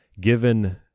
given